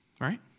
Right